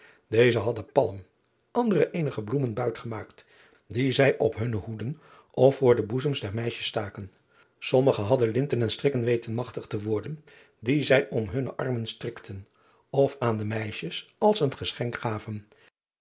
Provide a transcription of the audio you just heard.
deze hadden palm andere eenige bloemen buit gemaakt die zij op hunne hoeden of voor de boezems der meisjes staken sommigen hadden linten en strikken weten magtig te worden die zij om hunne armen strikten of aan de meisjes als een geschenk gaven